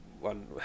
one